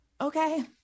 okay